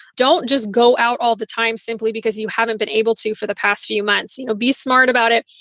don't just go out all the time simply because you haven't been able to for the past few months, you know, be smart about it,